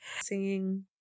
Singing